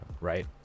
right